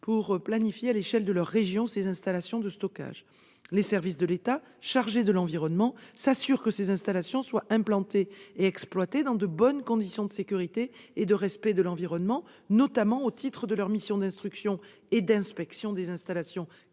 la planification de ces installations de stockage. Les services de l'État chargés de l'environnement s'assurent que ces installations soient implantées et exploitées dans de bonnes conditions de sécurité et de respect de l'environnement, notamment au titre de leurs missions d'instruction et d'inspection des installations